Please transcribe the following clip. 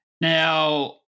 Now